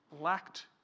lacked